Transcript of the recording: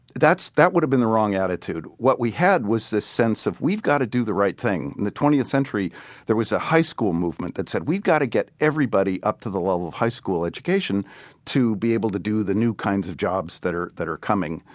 that would have been the wrong attitude. what we had was this sense of we've got to do the right thing. in the twentieth century there was a high school movement that said we've got to get everybody up to the level of high school education to be able to do the new kinds of jobs that are that are coming.